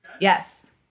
Yes